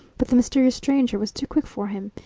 but the mysterious stranger was too quick for him,